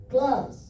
Class